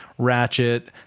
ratchet